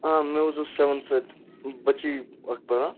آ مےٚ حظ ٲس سیٚوَنتھس اَتہِ بَچی اَکھ پَران